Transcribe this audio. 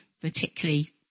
Particularly